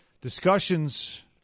discussions